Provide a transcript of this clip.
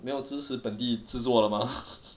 没有支持本地制作的吗